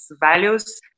values